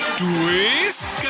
twist